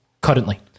currently